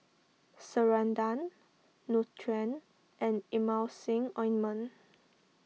Ceradan Nutren and Emulsying Ointment